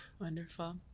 Wonderful